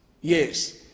yes